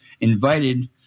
invited